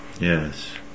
yes